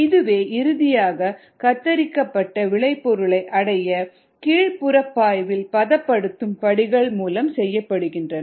இதுவே இறுதியாக சுத்திகரிக்கப்பட்ட விளைபொருளை அடைய கீழ்ப்புற பாய்வில் பதப்படுத்தும் படிகள் மூலம் செய்யப்படுகிறது